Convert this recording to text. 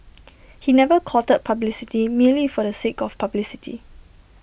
he never courted publicity merely for the sake of publicity